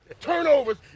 Turnovers